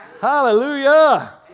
Hallelujah